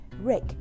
Rick